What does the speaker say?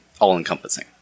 all-encompassing